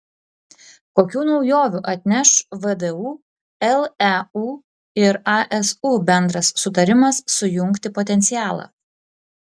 kokių naujovių atneš vdu leu ir asu bendras sutarimas sujungti potencialą